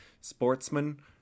sportsman